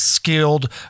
skilled